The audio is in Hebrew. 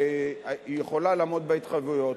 יכולה לעמוד בהתחייבויות,